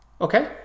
Okay